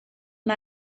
and